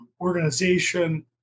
organization